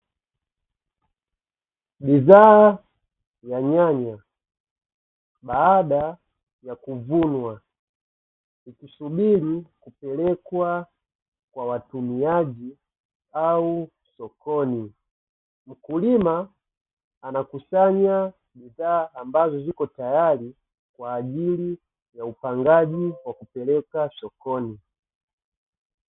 Bidhaa ya nyanya baada ya kuvunwa, ikisubiri kupelekwa kwa watumiaji au sokoni, mkulima anakusanya bidhaa ambazo ziko tayari kwa ajili ya upangaji wa kupeleka sokoni.